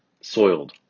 soiled